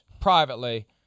privately